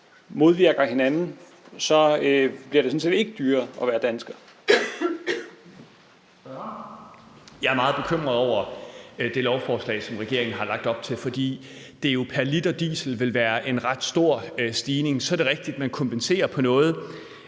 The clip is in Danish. Spørgeren. Kl. 14:41 Peter Kofod (DF): Jeg er meget bekymret over det lovforslag, som regeringen har lagt op til, fordi det jo pr. liter diesel vil være en ret stor stigning. Så er det rigtigt, at man kompenserer med noget